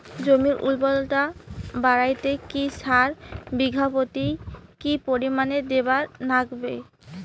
জমির উর্বরতা বাড়াইতে কি সার বিঘা প্রতি কি পরিমাণে দিবার লাগবে?